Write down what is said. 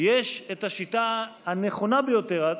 יש את השיטה הנכונה ביותר,